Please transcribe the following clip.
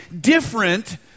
different